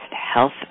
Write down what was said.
Health